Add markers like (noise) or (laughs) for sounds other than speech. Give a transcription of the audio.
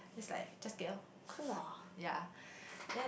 it's like just get orh (laughs) yeah then